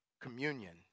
Communion